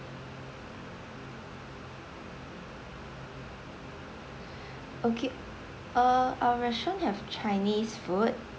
okay uh our restaurant have chinese food